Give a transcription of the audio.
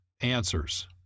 answers